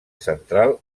central